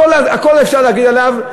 הכול אפשר לומר עליו,